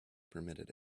permitted